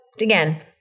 again